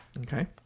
okay